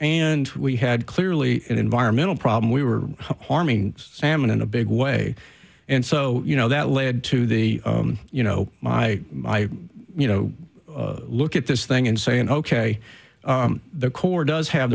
and we had clearly an environmental problem we were harming salmon in a big way and so you know that led to the you know my my you know look at this thing and say ok the core does have